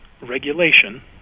regulation